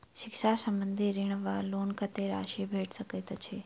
शिक्षा संबंधित ऋण वा लोन कत्तेक राशि भेट सकैत अछि?